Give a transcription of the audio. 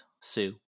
Sue